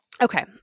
Okay